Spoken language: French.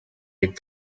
les